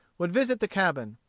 would visit the cabin.